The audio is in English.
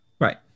Right